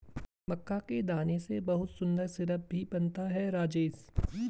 मक्का के दाने से बहुत सुंदर सिरप भी बनता है राजेश